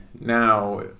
now